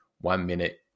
one-minute